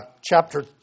chapter